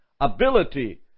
ability